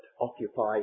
occupy